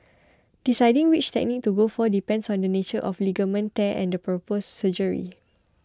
deciding which technique to go for depends on the nature of ligament tear and the proposed surgery